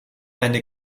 eine